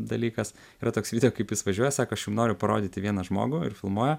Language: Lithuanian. dalykas yra toks video kaip jis važiuoja sako aš jum noriu parodyti vieną žmogų ir filmuoja